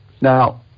Now